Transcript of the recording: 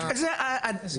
ה-default.